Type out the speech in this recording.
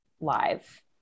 live